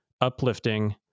uplifting